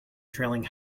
trailing